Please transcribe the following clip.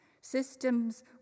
Systems